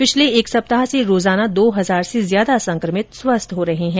पिछले एक सप्ताह से रोजाना दो हजार से ज्यादा संकमित स्वस्थ हो रहे हैं